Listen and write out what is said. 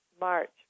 March